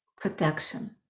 protection